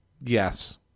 Yes